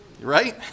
Right